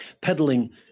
Peddling